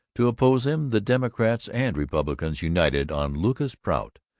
to oppose him the democrats and republicans united on lucas prout,